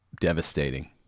devastating